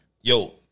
Yo